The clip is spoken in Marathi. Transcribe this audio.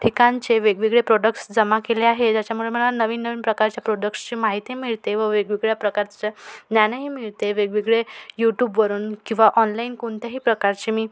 ठिकाणचे वेगवेगळे प्रोडक्ट्स जमा केले आहे ज्याच्यामुळे मला नवीन नवीन प्रकारच्या प्रोडक्सची माहिती मिळते व वेगवेगळ्या प्रकारच्या ज्ञानही मिळते वेगवेगळे यूटूबवरून किंवा ऑनलाईन कोणत्याही प्रकारचे मी